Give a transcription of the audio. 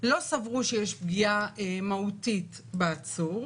לא סברו שיש פגיעה מהותית בעצור,